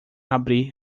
abrir